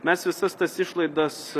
mes visas tas išlaidas